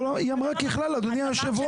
היא אמרה ככלל אדוני יושב הראש.